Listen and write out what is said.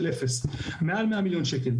מעל 100,000,000 ₪.